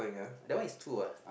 that one is true ah